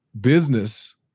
business